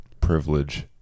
privilege